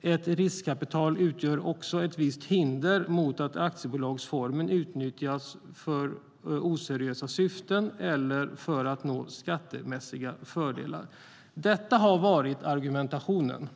Ett riskkapital utgör också ett visst hinder mot att aktiebolagsformen utnyttjas för oseriösa syften eller för att nå skattemässiga fördelar. Detta har varit argumentationen.